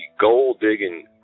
gold-digging